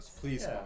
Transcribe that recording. Please